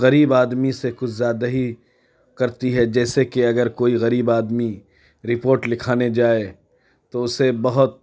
غریب آدمی سے کچھ زیادہ ہی کرتی ہے جیسے کہ اگر کوئی غریب آدمی رپورٹ لکھانے جائے تو اسے بہت